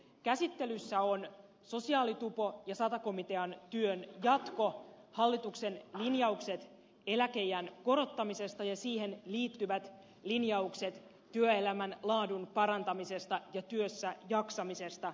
käsittelyssä on sosiaalitupo ja sata komitean työn jatko hallituksen linjaukset eläkeiän korottamisesta ja siihen liittyvät linjaukset työelämän laadun parantamisesta ja työssä jaksamisesta